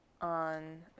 on